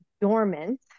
dormant